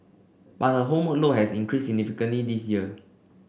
but home load has increased significantly this year